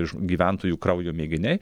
iš gyventojų kraujo mėginiai